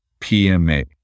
PMA